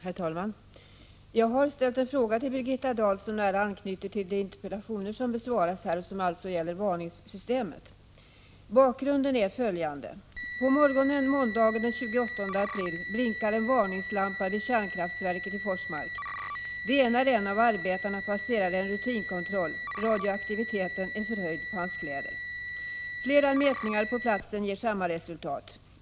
Herr talman! Jag har ställt en fråga till Birgitta Dahl, som nära anknyter till de interpellationer som har besvarats här och som alltså gäller varningssystemet. Bakgrunden är följande: På morgonen måndagen den 28 april blinkade en varningslampa vid kärnkraftverket i Forsmark. Det sker när en av arbetarna passerar en rutinkontroll. Radioaktiviteten är förhöjd på hans kläder. Flera mätningar på platsen ger samma resultat.